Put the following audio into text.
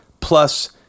plus